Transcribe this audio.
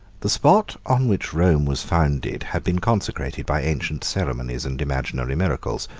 the spot on which rome was founded had been consecrated by ancient ceremonies and imaginary miracles.